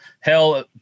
hell